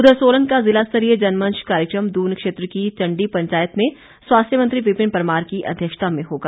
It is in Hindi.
उधर सोलन का ज़िलास्तरीय जनमंच कार्यक्रम दून क्षेत्र की चण्डी पंचायत में स्वास्थ्य मंत्री विपिन परमार की अध्यक्षता में होगा